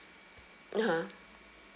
(uh huh)